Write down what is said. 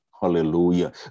Hallelujah